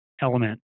element